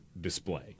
display